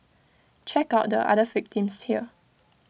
check out the other victims here